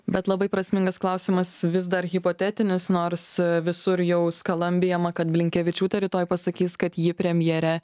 bet labai prasmingas klausimas vis dar hipotetinis nors visur jau skalambijama kad blinkevičiūtė rytoj pasakys kad ji premjere